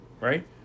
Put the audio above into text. right